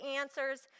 answers